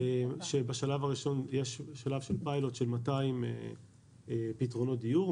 בשלב הראשון יש פיילוט של 200 פתרונות דיור.